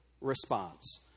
response